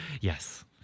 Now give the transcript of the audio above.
yes